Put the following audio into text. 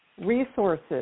Resources